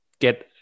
get